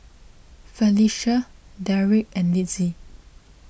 Felicie Derek and Litzy